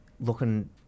looking